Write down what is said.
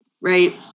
right